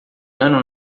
ano